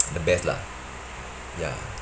the best lah ya